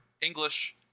English